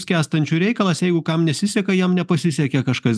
skęstančių reikalas jeigu kam nesiseka jam nepasisekė kažkas